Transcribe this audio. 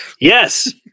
Yes